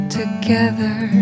together